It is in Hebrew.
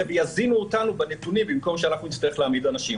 ויזינו אותנו בנתונים במקום שאנחנו נצטרך להעמיד אנשים.